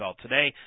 today